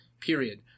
period